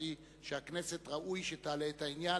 חשבתי שראוי שהכנסת תעלה את העניין,